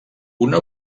una